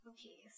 Okay